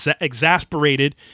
exasperated